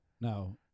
No